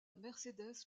mercedes